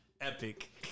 epic